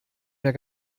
mehr